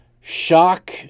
shock